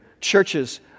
churches